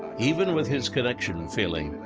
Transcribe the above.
even with his connection and failing,